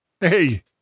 hey